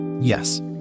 Yes